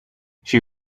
she